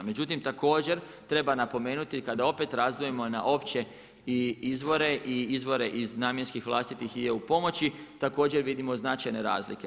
Međutim, također treba napomenuti kada opet razdvojimo na opće izvore i izvore iz namjenskih, vlastitih i eu pomoći, također vidimo značajne razlike.